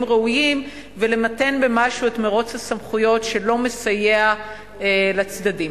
ראויים ולמתן במשהו את מירוץ הסמכויות שלא מסייע לצדדים.